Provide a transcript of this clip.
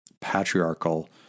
patriarchal